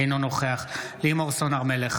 אינו נוכח לימור סון הר מלך,